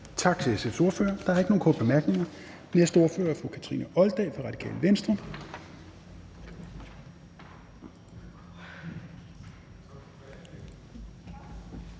Tak til SF's ordfører. Der er ikke nogen korte bemærkninger. Den næste ordfører er fru Kathrine Olldag fra Radikale Venstre.